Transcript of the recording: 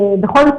בכל מקרה,